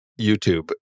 YouTube